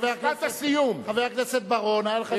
חבר הכנסת, חבר הכנסת בר-און, היו לך חמש